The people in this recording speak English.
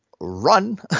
run